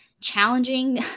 challenging